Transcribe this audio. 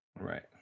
Right